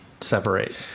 separate